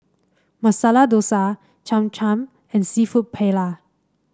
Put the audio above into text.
Masala Dosa Cham Cham and seafood Paella